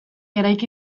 eraiki